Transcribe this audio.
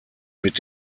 mit